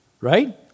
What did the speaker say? right